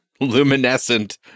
luminescent